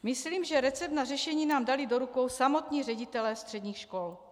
Myslím, že recept na řešení nám dali do rukou samotní ředitelé středních škol.